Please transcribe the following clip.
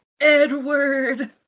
Edward